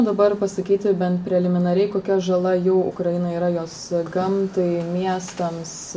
dabar pasakyti bent preliminariai kokia žala jau ukrainai yra jos gamtai miestams